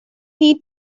need